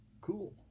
Cool